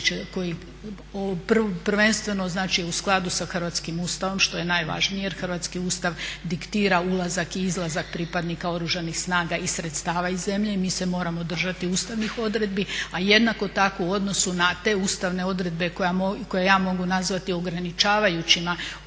koji prvenstveno znači u skladu sa hrvatskim Ustavom što je najvažnije, jer hrvatski Ustav diktira ulazak i izlazak pripadnika Oružanih snaga i sredstava iz zemlje. I mi se moramo držati ustavnih odredbi. A jednako tako u odnosu na te ustavne odredbe koje ja mogu nazvati ograničavajućima u